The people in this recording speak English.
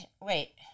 wait